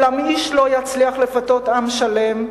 אולם איש לא יצליח לפתות עם שלם,